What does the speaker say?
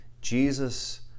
Jesus